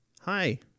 Hi